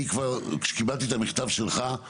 כשקיבלתי את המכתב שלך,